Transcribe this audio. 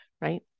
right